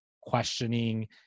questioning